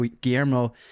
Guillermo